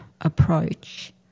approach